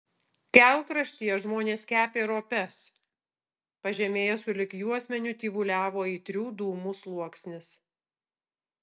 kelkraštyje žmonės kepė ropes pažemėje sulig juosmeniu tyvuliavo aitrių dūmų sluoksnis